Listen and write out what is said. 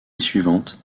suivante